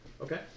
Okay